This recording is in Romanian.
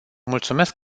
mulțumesc